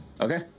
Okay